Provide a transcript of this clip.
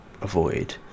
avoid